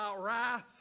wrath